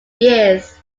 years